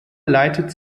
leitet